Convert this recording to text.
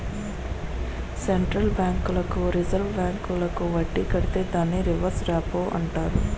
central బ్యాంకులకు reserve bank వడ్డీ కడితే దాన్ని రివర్స్ రెపో అంటారు